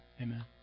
Amen